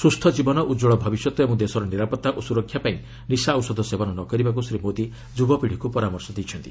ସୁସ୍ଥ ଜୀବନ ଉଜ୍ୱଳ ଭବିଷ୍ୟତ ଏବଂ ଦେଶର ନିରାପତ୍ତା ଓ ସୁରକ୍ଷା ପାଇଁ ନିଶା ଔଷଧ ସେବନ ନ କରିବାକୁ ଶ୍ରୀ ମୋଦି ଯୁବ ପିଢ଼ିକୁ ପରାମର୍ଶ ଦେଇଛନ୍ତି